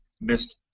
missed